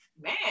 Man